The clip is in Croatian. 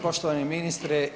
Poštovani ministre.